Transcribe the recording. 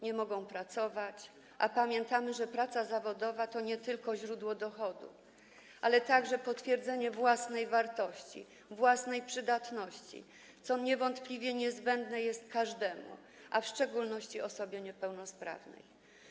Nie mogą pracować, a pamiętajmy, że praca zawodowa to nie tylko źródło dochodu, lecz także potwierdzenie własnej wartości, własnej przydatności, co jest niewątpliwie niezbędne każdemu, a w szczególności osobom niepełnosprawnym.